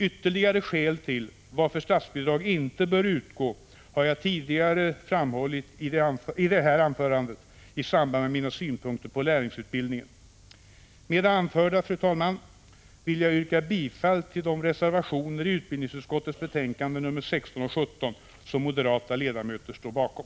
Ytterligare skäl till att statsbidrag inte bör utgå har jag tidigare framhållit i detta anförande i samband med mina synpunkter på lärlingsutbildningen. Med det anförda, fru talman, vill jag yrka bifall till de reservationer i utbildningsutskottets betänkanden 16 och 17 som moderata ledamöter står bakom.